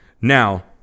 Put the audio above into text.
Now